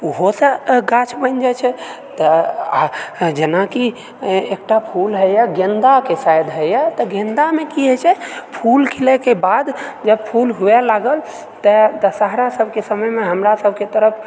ओहोसँ गाछ बनि जाइत छै तऽ आ जेनाकि एकटा फूल होइए गेन्दाके शायद होयए तऽ गेन्दामऽ की होय छै फूल खिलयके बाद या फूल हुअ लागल तऽ दशहरा सभके समयमे हमरा सभके तरफ